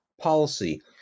policy